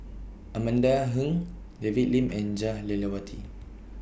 Amanda Heng David Lim and Jah Lelawati